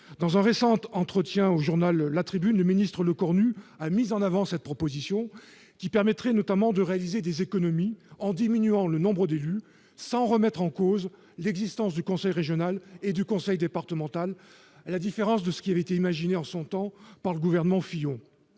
Dans un récent entretien à, le ministre Sébastien Lecornu a mis en avant cette proposition, qui permettrait notamment de réaliser des économies, en diminuant le nombre d'élus sans remettre en cause l'existence du conseil régional et du conseil départemental, à la différence de ce qui a été imaginé en son temps par le gouvernement Fillon.